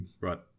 right